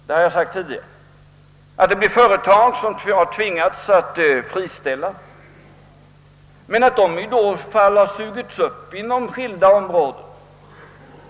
Men som jag sagt tidigare blir det ibland störningar, då företag tvingas friställa arbetskraft. De arbetarna har emellertid då sugits upp av företag på andra områden.